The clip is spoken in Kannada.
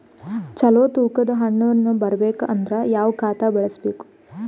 ಚಲೋ ತೂಕ ದ ಹಣ್ಣನ್ನು ಬರಬೇಕು ಅಂದರ ಯಾವ ಖಾತಾ ಬಳಸಬೇಕು?